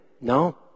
No